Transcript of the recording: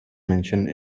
mentioned